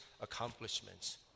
accomplishments